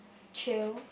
chill